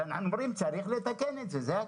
אנחנו אומרים שצריך לתקן את זה.